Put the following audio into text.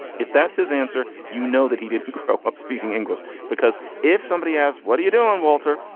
if that's his answer, you know that he didn't grow up speaking english because if somebody asked, what are you doing, walter?